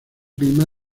clima